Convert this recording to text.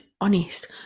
honest